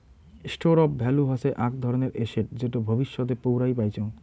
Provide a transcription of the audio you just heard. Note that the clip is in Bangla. স্টোর অফ ভ্যালু হসে আক ধরণের এসেট যেটো ভবিষ্যতে পৌরাই পাইচুঙ